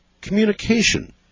communication